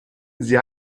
sie